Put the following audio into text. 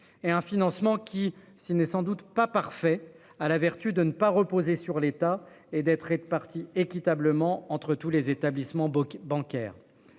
et un financement qui s'il n'est sans doute pas parfait à la vertu de ne pas reposer sur l'état et d'être et de partis équitablement entre tous les établissements bancaires.